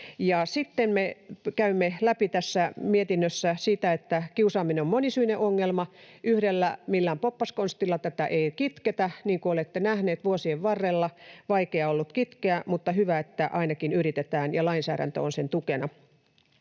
sitten me käymme läpi tässä mietinnössä sitä, että kiusaaminen on monisyinen ongelma. Millään yhdellä poppaskonstilla tätä ei kitketä, niin kun olette nähneet vuosien varrella. Vaikea on ollut kitkeä, mutta hyvä, että ainakin yritetään ja lainsäädäntö on sen tukena.